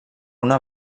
una